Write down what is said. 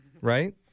right